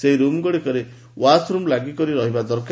ସେହି ରୁମ୍ଗୁଡ଼ିକରେ ୱାସ୍ରୁମ୍ ଲାଗି କରି ରହିଥିବା ଦରକାର